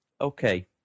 Okay